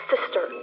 sister